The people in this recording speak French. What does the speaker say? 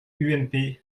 ump